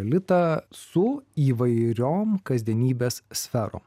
lita su įvairiom kasdienybės sferom